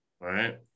right